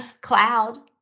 Cloud